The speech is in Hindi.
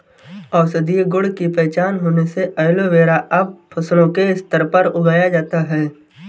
औषधीय गुण की पहचान होने से एलोवेरा अब फसलों के स्तर पर उगाया जाता है